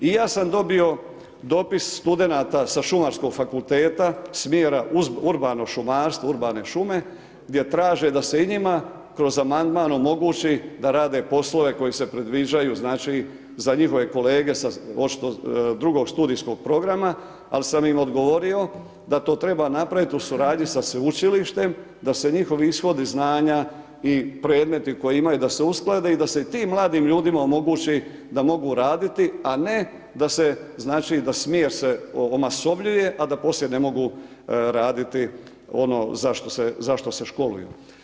I ja sam dobio dopis studenata sa šumarskom fakulteta, smjera urbano šumarstva, urbane šume, gdje traže da se i njima kroz amandman omogući da rade poslove koje se predviđaju znači za njihove kolege, drugog studijskog programima, ali sam im odgovorio, da to treba napraviti u suradnji sa sveučilištem, da se njihovi ishodi znanja i predmeti koji imaju da se uskladi i da se tim mladim ljudima omogući da mogu raditi, a ne da se znači, da smjer se omasovljuje, a da poslije ne mogu raditi ono za što se školuju.